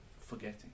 forgetting